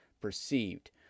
perceived